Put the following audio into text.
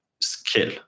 skill